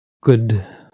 good